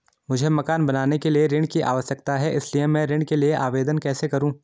मुझे मकान बनाने के लिए ऋण की आवश्यकता है इसलिए मैं ऋण के लिए आवेदन कैसे करूं?